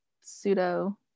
pseudo